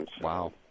Wow